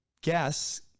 guess